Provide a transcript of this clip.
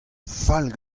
fall